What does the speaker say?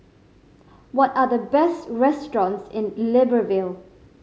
what are the best restaurants in Libreville